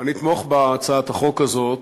אני אתמוך בהצעת החוק הזאת,